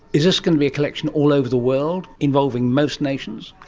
is this going to be a collection all over the world involving most nations?